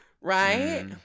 right